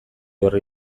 horri